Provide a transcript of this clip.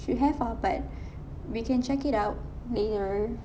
should have ah but we can check it out later